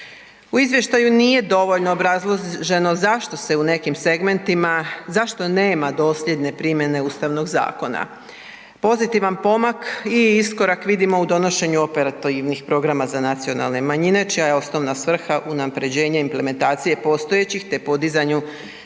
U izvještaju nije dovoljno obrazloženo zašto se u nekim segmentima, zašto nema dosljedne primjene Ustavnog zakona. pozitivan pomak i iskorak vidimo u donošenju operativnih programa za nacionalne manjine čija je osnovna svrha unaprjeđenje implementacije postojećih te podizanju